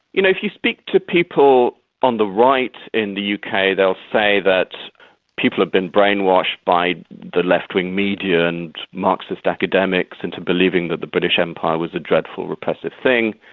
you know if you speak to people on the right in the uk kind of they'll say that people have been brainwashed by the left-wing media and marxist academics into believing that the british empire was a dreadful, repressive thing.